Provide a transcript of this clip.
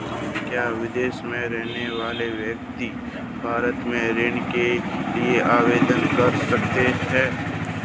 क्या विदेश में रहने वाला व्यक्ति भारत में ऋण के लिए आवेदन कर सकता है?